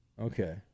Okay